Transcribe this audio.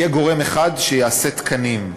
יהיה גורם אחד שיעשה תקנים.